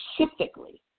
specifically